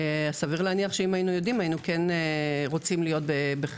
סביר להניח שאם היינו יודעים היינו רוצים להיות חלק.